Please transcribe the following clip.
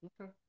Okay